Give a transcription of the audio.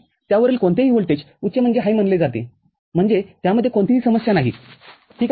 त्यावरील कोणतेही व्होल्टेज उच्चमानले जाते म्हणजे त्यामध्ये कोणतीही समस्या नाही ठीक आहे